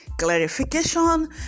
clarification